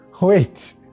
Wait